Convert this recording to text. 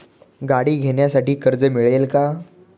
गाडी घेण्यासाठी कर्ज मिळेल का?